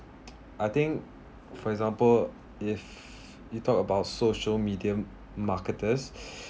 I think for example if you talk about social media marketers